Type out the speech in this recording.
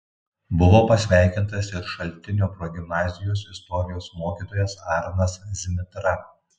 buvo pasveikintas ir šaltinio progimnazijos istorijos mokytojas arnas zmitra